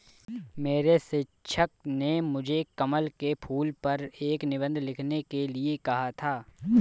मेरे शिक्षक ने मुझे कमल के फूल पर एक निबंध लिखने के लिए कहा था